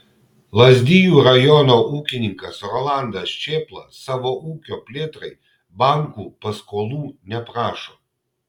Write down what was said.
lazdijų rajono ūkininkas rolandas čėpla savo ūkio plėtrai bankų paskolų neprašo